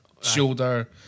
shoulder